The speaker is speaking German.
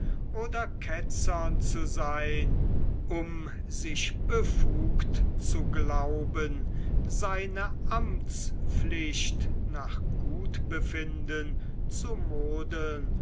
oder ketzern zu sein um sich befugt zu glauben seine amtspflicht nach gutbefinden zu modeln